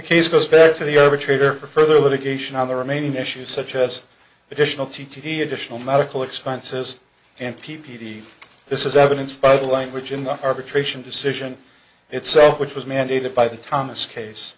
case goes back to the over trader for further litigation on the remaining issues such as additional t t additional medical expenses and p p d this is evidenced by the language in the arbitration decision itself which was mandated by the thomas case